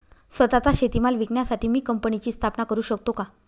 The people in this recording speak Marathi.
स्वत:चा शेतीमाल विकण्यासाठी मी कंपनीची स्थापना करु शकतो का?